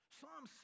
Psalm